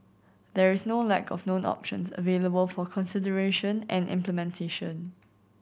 there is no lack of known options available for consideration and implementation